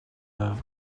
loaf